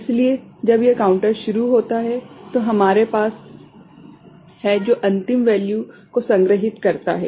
इसलिए जब यह काउंटर शुरू होता है जो हमारे पास है जो अंतिम वैल्यू को संग्रहीत करता है